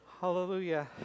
Hallelujah